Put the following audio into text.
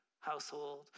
household